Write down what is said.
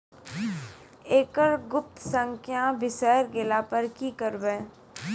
एकरऽ गुप्त संख्या बिसैर गेला पर की करवै?